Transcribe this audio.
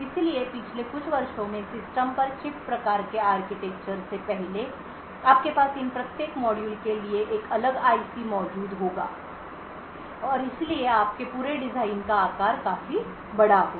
इसलिए पिछले कुछ वर्षों में सिस्टम पर चिप प्रकार के आर्किटेक्चर से पहले आपके पास इन प्रत्येक मॉड्यूल के लिए एक अलग आईसी मौजूद होगा और इसलिए आपके पूरे डिजाइन का आकार काफी बड़ा होगा